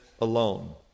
alone